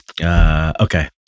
Okay